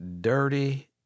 dirty